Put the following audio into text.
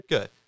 Good